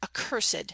Accursed